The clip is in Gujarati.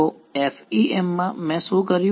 તો FEM માં મેં શું કર્યું